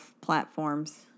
platforms